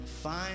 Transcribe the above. Fine